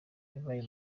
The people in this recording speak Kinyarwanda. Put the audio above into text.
yabaye